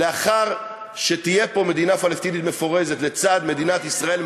שלאחר שתהיה פה מדינה פלסטינית מפורזת לצד מדינת ישראל,